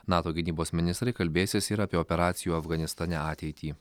nato gynybos ministrai kalbėsis ir apie operacijų afganistane ateitį